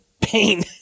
pain